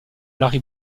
larry